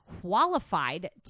qualified